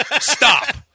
Stop